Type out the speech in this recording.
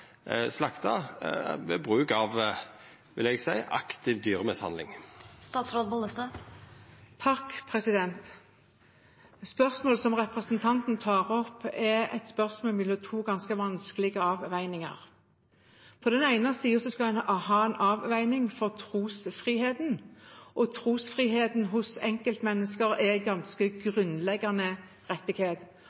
slakta ved bruk av det eg vil seia er aktiv dyremishandling? Spørsmålet som representanten tar opp, er et spørsmål som handler om en ganske vanskelig avveining. På den ene siden skal en ta hensyn til trosfriheten, som er en ganske grunnleggende rettighet for enkeltmennesket. For noen religioner er trosfriheten